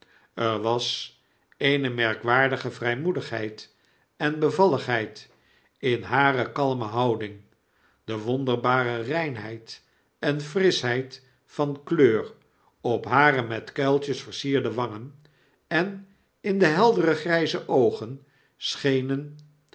er was eene merkwaardigevrijmoedigheid en bevalligheid in hare kalme houding de wonderbare reinheid en frischheid van kleur op hare met kuiltjes versierde wangen en in de heldere grjjze oogen schenen